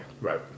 Right